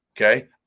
okay